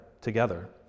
together